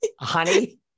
honey